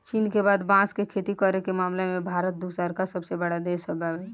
चीन के बाद बांस के खेती करे के मामला में भारत दूसरका सबसे बड़ देश बावे